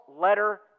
letter